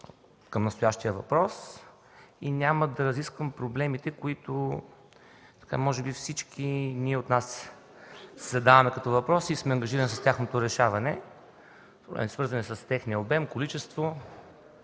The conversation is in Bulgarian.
към настоящия въпрос. Няма да разисквам проблемите, които може би всички от нас си задаваме като въпроси и сме ангажирани с тяхното решаване – свързани с техния обем, количество